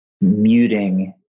Muting